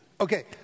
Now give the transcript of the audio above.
Okay